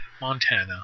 Montana